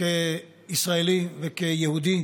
כישראלי וכיהודי.